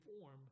form